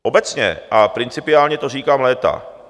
Obecně a principiálně to říkám léta.